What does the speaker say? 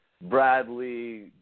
Bradley